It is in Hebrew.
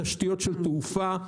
תשתיות של תעופה,